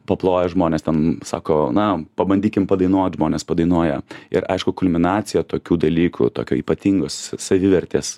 paploja žmonės ten sako na pabandykim padainuot žmonės padainuoja ir aišku kulminacija tokių dalykų tokio ypatingos savivertės